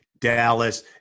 Dallas